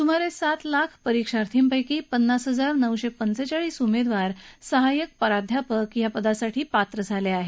सुमारे सात लाख परीक्षार्थीपैकी पन्नास हजार नऊशे पंचेचाळीस उमेदवार सहाय्यक प्राध्यापक या पदासाठी पात्र झाले आहेत